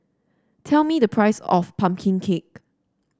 tell me the price of pumpkin cake